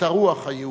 את הרוח היהודית.